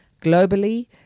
Globally